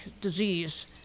disease